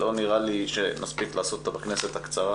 לא נראה לי שנספיק לעשות אותה בכנסת הקצרה